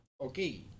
okay